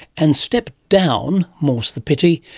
and stepped down, more's the pity,